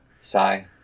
Sigh